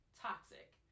toxic